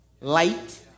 light